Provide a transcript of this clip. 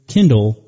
Kindle